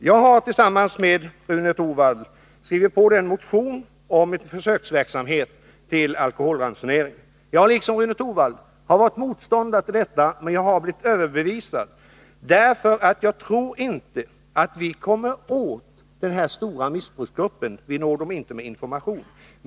Jag har tillsammans med Rune Torwald skrivit på en motion om försök med alkoholransonering. Liksom Rune Torwald har jag varit motståndare till detta, men jag har blivit överbevisad. Jag tror inte att vi når den här stora missbrukargruppen med information.